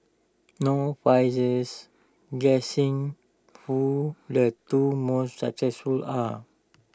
no prizes guessing who the two most successful are